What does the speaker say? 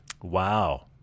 Wow